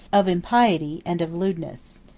of impiety, and of lewdness.